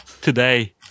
Today